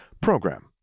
program